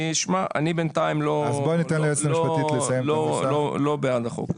אני בינתיים לא בעד החוק הזה.